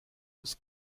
was